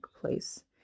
place